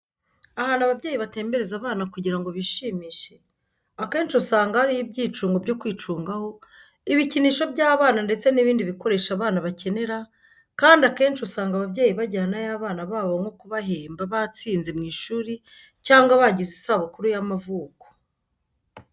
Ahantu ababyeyi batembereza abana kugira ngo bishimishe, akenshi usanga hariyo ibyicungo byo kwicungaho, ibikinisho by'abana ndetse n'ibindi bikoresho abana bakenera kandi akenshi usanga ababyeyi bajyanayo abana babo nko kubahemba batsinze mu ishuri cyangwa bagize isabukuru y'amavuko.